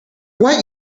what